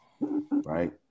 right